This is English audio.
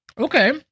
Okay